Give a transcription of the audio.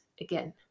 again